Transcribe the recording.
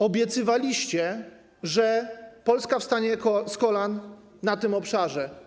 Obiecywaliście, że Polska wstanie z kolan na tym obszarze.